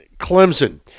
Clemson